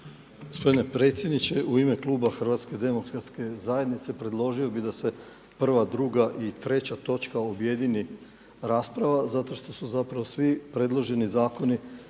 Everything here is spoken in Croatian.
Gospodine predsjedniče. U ime kluba HDZ-a predložio bi da se prva, druga i treća točka objedini rasprava zato što su zapravo svi predloženi zakoni